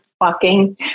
walking